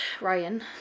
Ryan